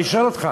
אני שואל אותך.